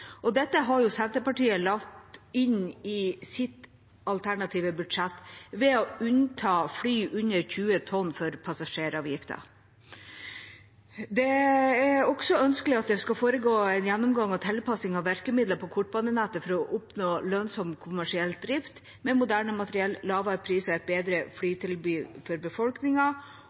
kortbanenettet. Dette har jo Senterpartiet lagt inn i sitt alternative budsjett ved å unnta fly under 20 tonn for passasjeravgiften. Det er også ønskelig at det skal foretas en gjennomgang og tilpassing av virkemidler på kortbanenettet for å oppnå lønnsom kommersiell drift med moderne materiell, lavere priser og et bedre flytilbud for